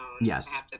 Yes